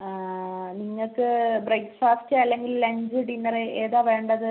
നിങ്ങൾക്ക് ബ്രേക്ക്ഫാസ്റ്റ് അല്ലെങ്കിൽ lunch dinner ഏതാ വേണ്ടത്